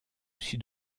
sud